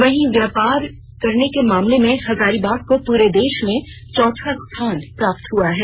वहीं व्यापार करने के मामले में हजारीबाग को पूरे देश में चौथा स्थान प्राप्त हुआ है